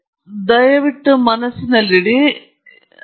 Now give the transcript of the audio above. ಆದ್ದರಿಂದ ನಿಮಗೆ ಹೆಚ್ಚು ನಿಖರವಾದ ಸಲಕರಣೆ ಬೇಕು